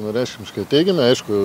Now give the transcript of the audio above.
vienareikšmiškai teigiamai aišku